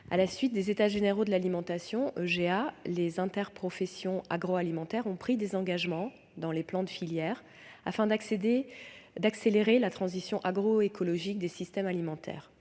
À la suite des États généraux de l'alimentation, ou EGA, les interprofessions agroalimentaires ont pris des engagements dans les plans de filière afin d'accélérer la transition agroécologique des systèmes alimentaires.